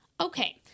okay